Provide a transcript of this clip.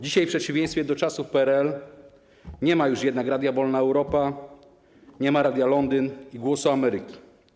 Dzisiaj, w przeciwieństwie do czasów PRL, nie ma już jednak radia Wolna Europa, nie ma Polskiego Radia Londyn ani Głosu Ameryki.